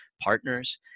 partners